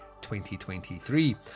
2023